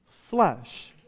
flesh